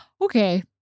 Okay